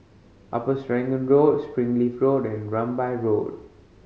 Upper Serangoon Road Springleaf Road and Rambai Road